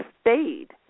stayed